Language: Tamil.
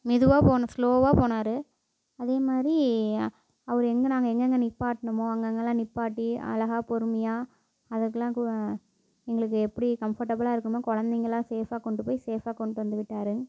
மெதுவாக போனோம் ஸ்லோவாக போனார் அதே மாதிரி அவர் எங்கள் நாங்கள் எங்கெங்க நிப்பாட்டணுமோ அங்கெங்கலாம் நிப்பாட்டி அழகாக பொறுமையாக அதுக்கெலாம் கு எங்களுக்கு எப்படி கம்ஃபர்டபுளாக இருக்கணுமோ குழந்தைகள்லாம் சேஃபாக கொண்டு போய் சேஃபாக கொண்டு வந்து விட்டார்